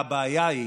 הבעיה היא